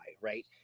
right